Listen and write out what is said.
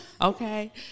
okay